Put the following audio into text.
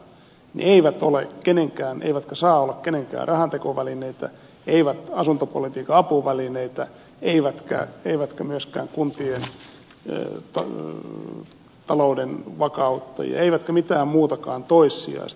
ne eivät ole eivätkä saa olla kenenkään rahantekovälineitä eivät asuntopolitiikan apuvälineitä eivätkä myöskään kuntien talouden vakauttajia eivätkä mitään muutakaan toissijaista